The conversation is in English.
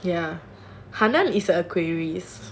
ya hanan is an aquarius